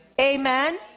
Amen